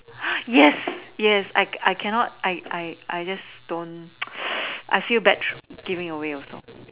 yes yes I can I cannot I I I just don't I feel bad true giving away also